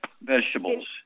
vegetables